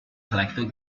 collector